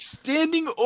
standing